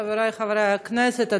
חברי חברי הכנסת,